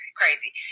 crazy